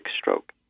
stroke